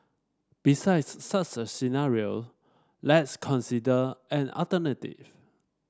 besides such a scenario let's consider an alternative